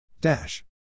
dash